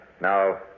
Now